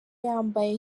yambaye